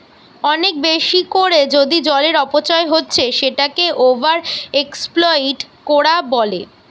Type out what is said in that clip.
অনেক বেশি কোরে যদি জলের অপচয় হচ্ছে সেটাকে ওভার এক্সপ্লইট কোরা বলে